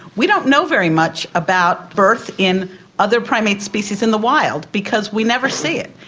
we don't know very much about birth in other primate species in the wild because we never see it,